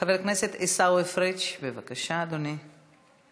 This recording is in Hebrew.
חבר הכנסת עיסאווי פריג' בבקשה, אדוני.